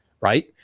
right